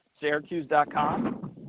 Syracuse.com